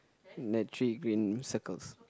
there are three green circles